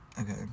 okay